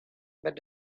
but